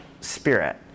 Spirit